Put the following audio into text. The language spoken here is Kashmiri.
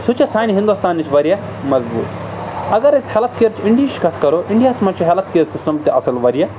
سُہ چھےٚ سانہِ ہِندوستانٕچ واریاہ مَضبوٗط اگر أسۍ ہٮ۪لٕتھ کیرٕچ اِنڈیہِچ کَتھ کَرو اِنڈیاہَس منٛز چھِ ہٮ۪لٕتھ کِیَر سِسٹَم تہِ اَصٕل واریاہ